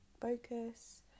focus